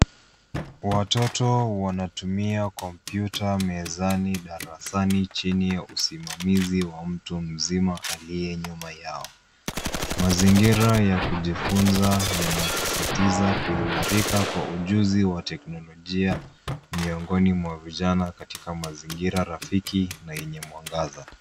Watoto wanatumia kompyuta mezani, darasani chini ya usimamizi wa mtu mzima aliye nyuma yao. Mazingira ya kujifunza yanasisitiza kuimarika kwa ujuzi wa teknolojia miongoni mwa vijana katika mazingira rafiki na yenye mwangaza.